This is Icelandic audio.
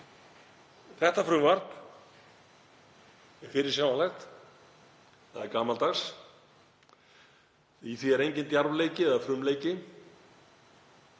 Þetta frumvarp er fyrirsjáanlegt. Það er gamaldags. Í því er enginn djarfleiki eða frumleiki.